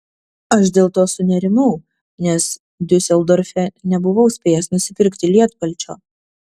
aš dėl to sunerimau nes diuseldorfe nebuvau spėjęs nusipirkti lietpalčio